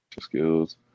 skills